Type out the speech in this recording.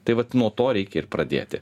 tai vat nuo to reikia ir pradėti